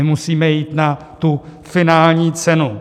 Musíme jít na finální cenu.